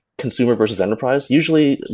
consumer versus enterprise. usually,